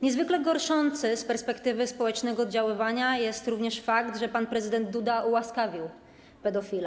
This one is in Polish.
Niezwykle gorszący z perspektywy społecznego oddziaływania jest również fakt, że pan prezydent Duda ułaskawił pedofila.